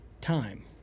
time